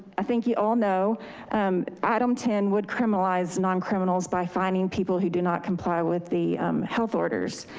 i think you all know item ten would criminalize non-criminals by fining people who do not comply with the health orders.